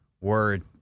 word